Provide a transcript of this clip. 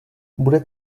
bude